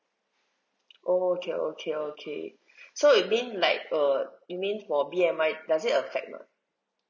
okay okay okay so you mean like uh you mean for B_M_I does it affect or not